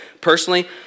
Personally